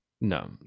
no